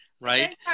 right